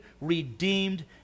redeemed